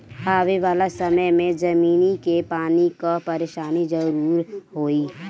आवे वाला समय में जमीनी के पानी कअ परेशानी जरूर होई